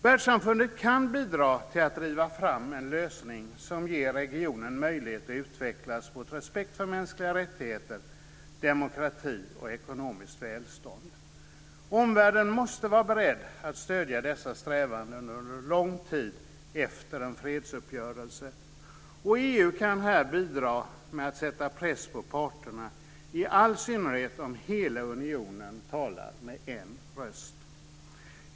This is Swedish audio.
Världssamfundet kan bidra till att driva fram en lösning som ger regionen möjlighet att utvecklas mot respekt för mänskliga rättigheter, demokrati och ekonomiskt välstånd. Omvärlden måste vara beredd att stödja dessa strävanden under lång tid efter en fredsuppgörelse. EU kan här bidra med att sätta press på parterna, i all synnerhet om hela unionen talar med en röst.